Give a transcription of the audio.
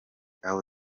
aho